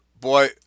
boy